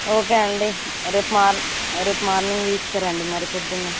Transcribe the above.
okay అండి రేపు morning రేపు మార్నింగ్ తీసుకరండి మరి ప్రొద్దున్నే